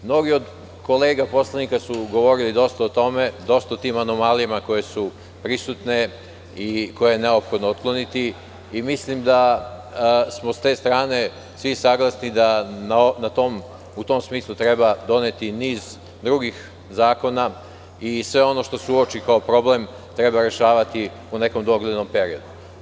Mnogi od kolega poslanika su govorili dosta o tome, dosta o tim anomalijama koje su prisutne i koje je neophodno otkloniti i mislim da smo sa te strane svi saglasni, da u tom smislu treba doneti niz drugih zakona i sve ono što se uoči kao problem treba rešavati u nekom doglednom periodu.